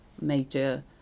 major